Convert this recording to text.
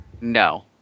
No